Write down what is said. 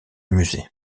musée